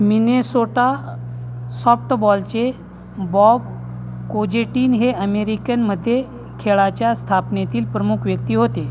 Minnesota सॉफ्टबॉलचे Bob Kojetin हे अमेरिकनमध्ये खेळाच्या स्थापनेतील प्रमुख व्यक्ती होते